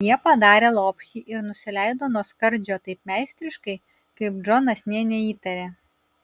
jie padarė lopšį ir nusileido nuo skardžio taip meistriškai kaip džonas nė neįtarė